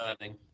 learning